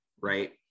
Right